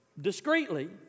discreetly